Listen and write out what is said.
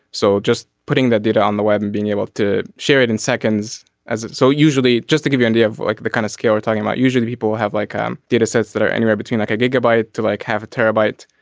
so just putting that data on the web and being able to share it in seconds as it so usually just to give you an idea of like the kind of scale we're talking about usually people will have like um datasets that are anywhere between like a gigabyte to like half a terabyte.